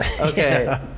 Okay